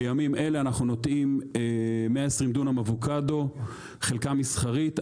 בימים אלה אנחנו נוטעים 120 דונם אבוקדו חלקם מסחרית,